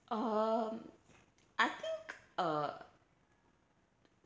uh I think uh